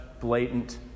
blatant